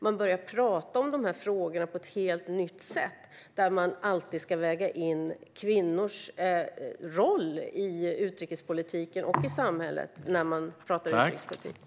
Man börjar prata om de här frågorna på ett helt nytt sätt, där man alltid ska väga in kvinnors roll i utrikespolitiken och i samhället när man pratar om utrikespolitik.